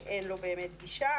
שאין לו באמת גישה.